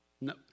No